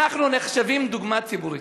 אנחנו נחשבים דוגמה ציבורית.